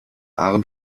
arm